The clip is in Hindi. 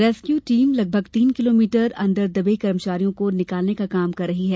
रेस्क्यू टीम लगभग तीन किलोमीटर अंदर दबे कर्मचारियों को निकालने का काम कर रही है